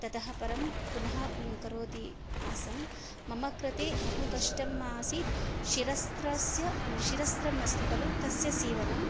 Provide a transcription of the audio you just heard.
ततः परं पुनः करोति आसम् मम कृते बहु कष्टम् आसीत् शिरस्त्रस्य शिरस्त्रम् अस्ति खलु तस्य सीवनम्